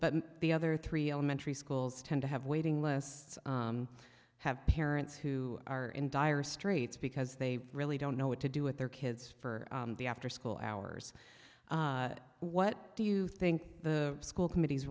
but the other three elementary schools tend to have waiting lists have parents who are in dire straits because they really don't know what to do with their kids for the after school hours what do you think the school committees